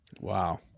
Wow